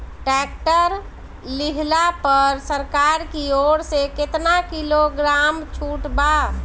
Tractor लिहला पर सरकार की ओर से केतना किलोग्राम छूट बा?